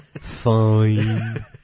Fine